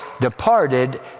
departed